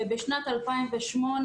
בשנת 2008,